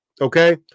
okay